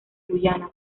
guyana